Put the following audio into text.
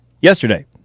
Yesterday